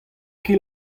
ket